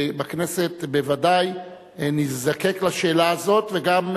ושאנחנו בכנסת בוודאי נזדקק לשאלה הזאת וגם,